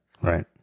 Right